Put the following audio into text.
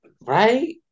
Right